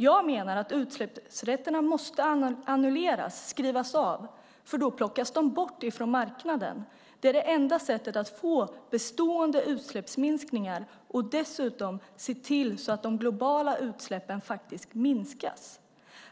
Jag menar att utsläppsrätterna måste annulleras, skrivas av, för då plockas de bort från marknaden. Det är det enda sättet att få bestående utsläppsminskningar och dessutom se till att de globala utsläppen faktiskt minskas.